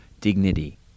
dignity